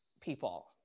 people